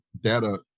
data